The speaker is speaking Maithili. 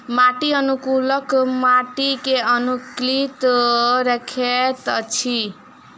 माटि अनुकूलक माटि के अनुकूलित रखैत अछि